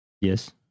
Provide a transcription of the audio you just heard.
Yes